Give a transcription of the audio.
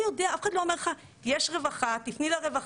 אף אחד לא אומר לך, יש רווחה, תיפני לרווחה.